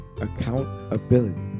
accountability